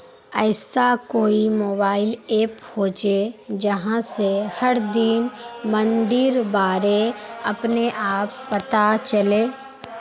ऐसा कोई mobile app होचे जहा से हर दिन मंडीर बारे अपने आप पता चले?